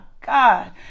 God